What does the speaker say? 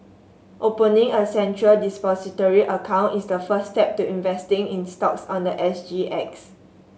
opening a Central Depository account is the first step to investing in stocks on the S G X